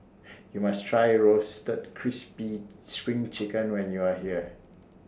YOU must Try Roasted Crispy SPRING Chicken when YOU Are here